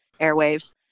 airwaves